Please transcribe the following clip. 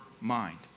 mind